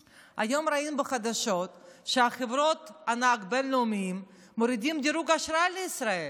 והיום ראינו בחדשות שחברות ענק בין-לאומיות מורידות דירוג אשראי לישראל,